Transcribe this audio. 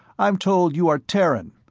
i'm told you are terran,